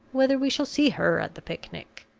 whether we shall see her at the picnic!